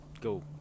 Go